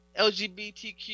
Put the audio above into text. LGBTQ